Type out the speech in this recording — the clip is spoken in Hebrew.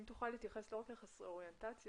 אם תוכל להתייחס לא רק לחסרי אוריינטציה,